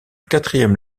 quatrième